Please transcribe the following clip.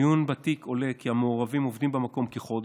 מעיון בתיק עולה כי המעורבים עובדים במקום כחודש,